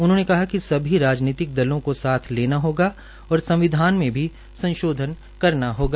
उन्होंने कहा कि सभी राजनीतिक दलों को साथ लेना होगा और संविधान में भी संशोधन करना होगा